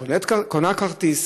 היא קונה כרטיס,